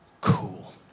Cool